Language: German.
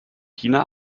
tina